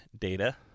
data